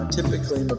typically